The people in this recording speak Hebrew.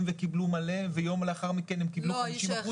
וקיבלו מלא ויום לאחר מכן הם קיבלו 50%,